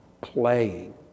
playing